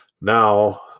now